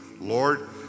Lord